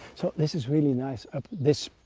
so, this is really nice up this,